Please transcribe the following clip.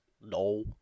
No